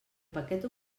paquet